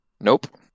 Nope